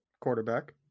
quarterback